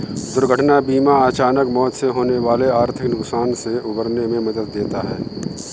दुर्घटना बीमा अचानक मौत से होने वाले आर्थिक नुकसान से उबरने में मदद देता है